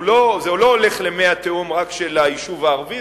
זה לא הולך רק למי התהום של היישוב הערבי,